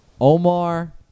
Omar